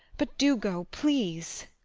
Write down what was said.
but do go, please.